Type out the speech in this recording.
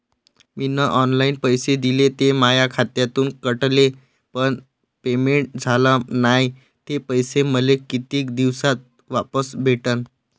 मीन online पैसे दिले, ते माया खात्यातून कटले, पण पेमेंट झाल नायं, ते पैसे मले कितीक दिवसात वापस भेटन?